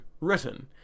written